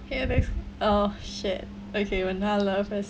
okay basic oh shit okay when there love is !wah!